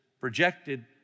projected